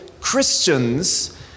Christians